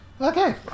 Okay